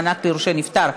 מענק ליורשי נפטר),